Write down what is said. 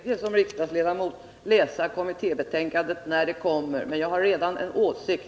Herr talman! Jag skall med glädje som riksdagsledamot läsa kommittébetänkandet när det kommer, men jag har redan en åsikt.